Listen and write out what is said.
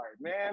man